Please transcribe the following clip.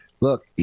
look